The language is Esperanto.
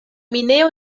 minejo